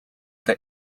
the